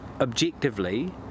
objectively